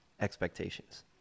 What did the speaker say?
expectations